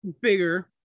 bigger